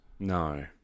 No